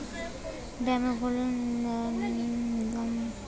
daffodil narcissus গণের উদ্ভিদ জউটা হলদে সোনালী আর সাদা রঙের হতে পারে আর সুগন্ধি হয়